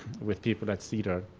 with people at cder.